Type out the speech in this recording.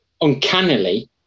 uncannily